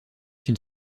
une